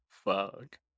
Fuck